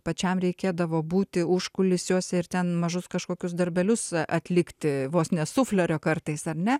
pačiam reikėdavo būti užkulisiuose ir ten mažus kažkokius darbelius atlikti vos ne suflerio kartais ar ne